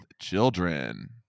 children